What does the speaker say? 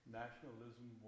nationalism